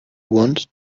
want